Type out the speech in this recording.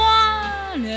one